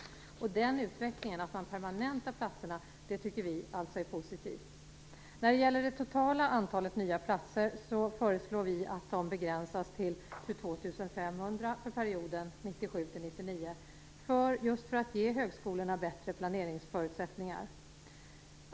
Den utvecklingen, att platserna permanentas, tycker vi alltså är positivt. När det gäller det totala antalet nya platser föreslår vi att de begränsas till 22 500 för perioden 1997 1999, för att just ge högskolorna bättre planeringsförutsättningar.